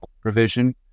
provision